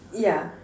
yeah